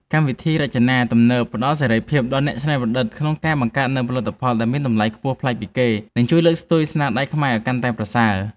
កម្មវិធីរចនាទំនើបផ្តល់សេរីភាពដល់អ្នកច្នៃប្រឌិតក្នុងការបង្កើតនូវផលិតផលដែលមានតម្លៃខ្ពស់ប្លែកពីគេ និង ជួយលើកស្ទួយស្នាដៃខ្មែរឱ្យកាន់តែប្រសើរ។